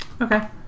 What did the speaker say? Okay